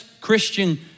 Christian